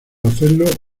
hacerlo